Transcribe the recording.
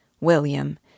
William